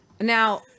Now